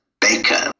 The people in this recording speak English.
Baker